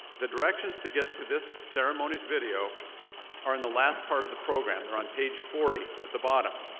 the directions to get to this ceremony's video are in the last part of the program, they're on page forty at the bottom.